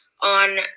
on